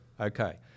okay